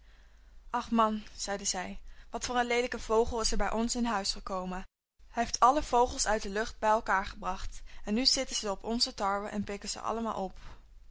ach man zeide zij wat voor een leelijke vogel is er bij ons in huis gekomen hij heeft alle vogels uit de lucht bij elkaar gebracht en nu zitten ze op onze tarwe en pikken ze allemaal op